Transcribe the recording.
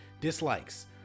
Dislikes